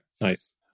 nice